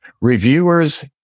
reviewers